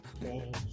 Change